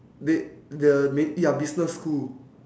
ma~ the ma~ ya business school